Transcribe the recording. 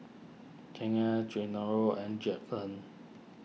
Chyna Genaro and Judson